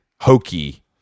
hokey